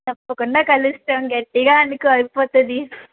తప్పకుండా కలుస్తాము గట్టిగా అనుకో అయిపోతదీ